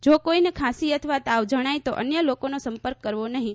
જો કોઈને ખાંસી અથવા તાવ જણાય તો અન્ય લોકોનો સંપર્ક કરવો નહીં